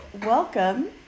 welcome